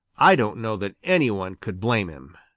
i don't know that any one could blame him.